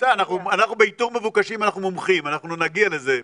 אנחנו באיתור מבוקשים מומחים, אנחנו נגיע לזה.